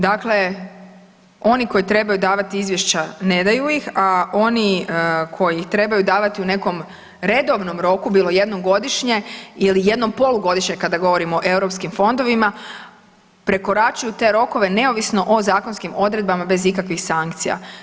Dakle, oni koji trebaju davati izvješća, ne daju ih a oni koji ih trebaju davati u nekom redovnom roku, bilo jednom godišnje ili jednom polugodišnje kada govorimo o europskim fondovima, prekoračuju te rokove neovisno o zakonskim odredbama bez ikakvih sankcija.